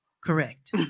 Correct